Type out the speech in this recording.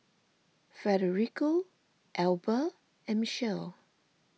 Federico Elba and Michele